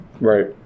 Right